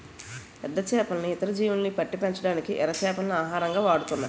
పెద్ద చేపల్ని, ఇతర జీవుల్ని పట్టి పెంచడానికి ఎర చేపల్ని ఆహారంగా వాడుతున్నాం